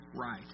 right